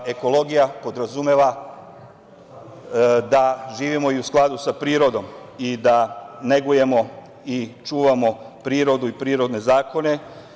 Ekologija podrazumeva da živimo u skladu sa prirodom i da negujemo i čuvamo prirodu i prirodne zakone.